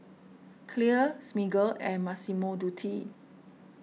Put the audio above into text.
Clear Smiggle and Massimo Dutti